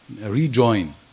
rejoin